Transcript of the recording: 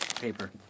Paper